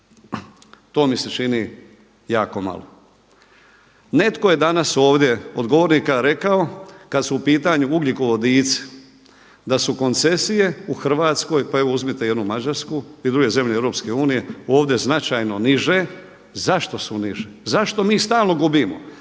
To mi se čini jako malo. Netko je danas ovdje od govornika rekao kada su u pitanju ugljikovodici, da su koncesije u Hrvatskoj, pa evo uzmite i onu Mađarsku i druge zemlje EU ovdje značajno niže. Zašto su niže? Zašto mi stalno gubimo?